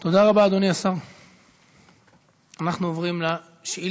אני מאוד מודה לך.